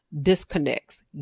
disconnects